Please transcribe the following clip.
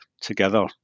together